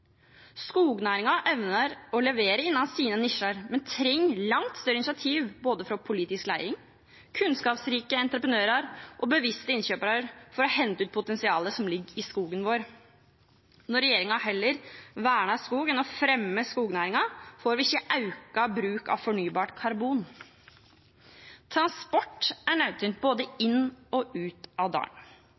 evner å levere innen sine nisjer, men trenger langt større initiativ fra både politisk ledelse, kunnskapsrike entreprenører og bevisste innkjøpere for å hente ut potensialet som ligger i skogen vår. Når regjeringen heller verner skog enn å fremme skognæringen, får vi ikke økt bruk av fornybart karbon. Transport er nødvendig både inn og ut av